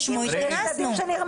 אני עוצרת את זה כאן.